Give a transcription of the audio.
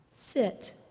Sit